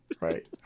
Right